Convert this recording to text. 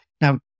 Now